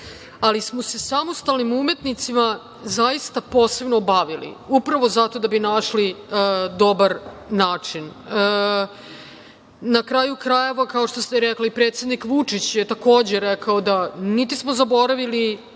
ali smo se samostalnim umetnicima zaista posebno bavili upravo zato da bi našli dobar način. Na kraju krajeva, kao što ste rekli, predsednik Vučić je takođe rekao da, niti smo zaboravili,